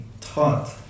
taught